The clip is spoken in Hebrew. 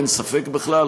אין ספק בכלל.